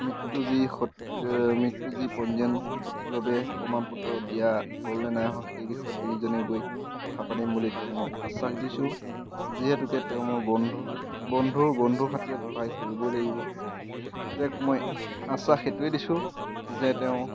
মৃত্যুৰ যি মৃত্যুৰ যি পঞ্জীয়ন সঠিকভাৱে প্ৰমাণ পত্ৰ দিয়া হ'লনে নাই হোৱা সেই বিষয়ত দুয়োজনে গৈ কথা পাতিম বুলি তেওঁক মই আশ্বাস দিছোঁ যিহেতুকে তেওঁ মোৰ বন্ধু বন্ধুৰ বন্ধুৰ খাতিৰত সহায় কৰিবই লাগিব তেওঁক মই আশ্বাস সেইটোৱে দিছোঁ যে তেওঁ